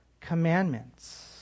commandments